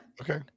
Okay